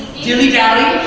dilly-dally.